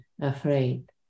afraid